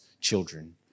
children